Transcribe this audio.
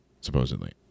supposedly